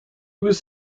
was